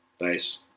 Nice